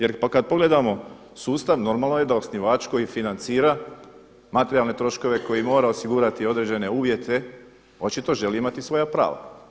Jer kada pogledamo sustav, normalno je da osnivač koji financira materijalne troškove koje mora osigurati određene uvjete, očito želi imati svoja prava.